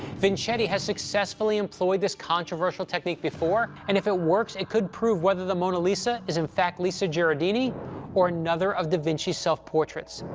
vincetti has successfully employed this controversial technique before, and if it works, it could prove whether the mona lisa is, in fact, lisa gherardini or another of da vinci's self-portraits.